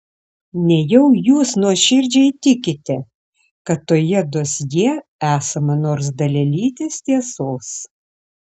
nejau jūs nuoširdžiai tikite kad toje dosjė esama nors dalelytės tiesos